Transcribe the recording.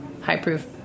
high-proof